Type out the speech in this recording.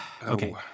Okay